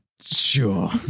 Sure